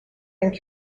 and